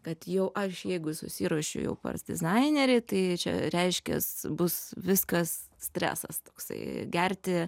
kad jau aš jeigu susiruošiu jau pars dizainerį tai čia reiškias bus viskas stresas toksai gerti